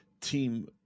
Team